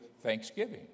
thanksgiving